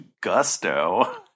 gusto